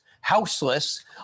houseless